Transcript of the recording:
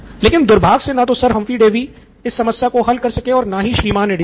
लेकिन दुर्भाग्य से न तो सर हम्फ्री डेवी इस समस्या को हल कर सके और न ही श्रीमान एडिसन